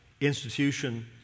institution